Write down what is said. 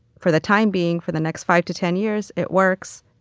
for the time being, for the next five to ten years, it works.